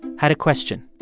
had a question.